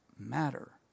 matter